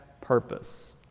purpose